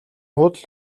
худал